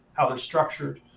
how they're structured.